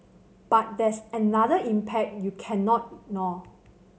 but there's another impact you cannot ignore